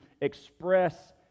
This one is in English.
express